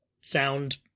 sound